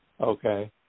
Okay